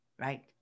right